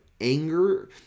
anger